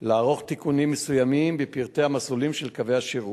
ולערוך תיקונים מסוימים בפרטי המסלולים של קווי השירות.